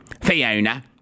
Fiona